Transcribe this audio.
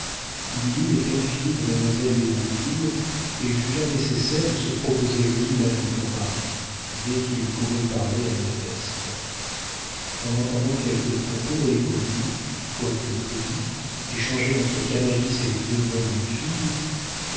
il y lut les perfidies de mademoiselle d'hérouville et jugea nécessaire de se proposer lui-même pour mari dès qu'il pourrait parler à modeste en entendant quelques propos aigres doux quoique polis échangés entre canalis et les deux nobles filles